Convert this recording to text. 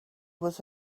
was